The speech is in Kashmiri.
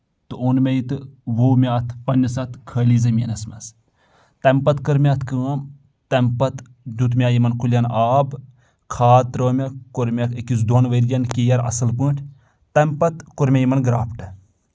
تہٕ اوٚن مےٚ یہِ تہٕ وو مےٚ اتھ پنٕنِس اتھ خٲلی زٔمیٖنس منٛز تَمہِ پتہٕ کٔر مےٚ اَتھ کٲم تمہِ پتہٕ دیُت مےٚ یِمن کُلؠن آب کھاد ترٲو مےٚ کوٚر مےٚ أکِس دۄن ؤرۍ یَن کِیر اَصٕل پٲٹھۍ تمہِ پتہٕ کوٚر مےٚ یِمن گرٛافٹ